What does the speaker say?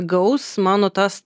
gaus mano tas